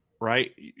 right